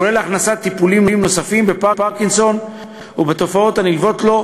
כולל הכנסת טיפולים נוספים בפרקינסון ובתופעות הנלוות לו,